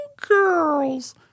girls